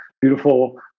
beautiful